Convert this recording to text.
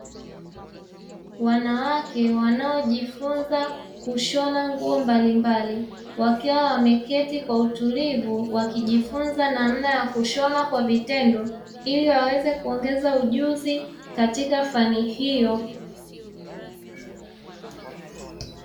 Wanawake wanaojifunza kushona nguo mbalimbali, wakiwa wameketi kwa utulivu wakijifunza namna ya kushona kwa vitendo ili waweze kuongeza ujuzi katika fani hiyo.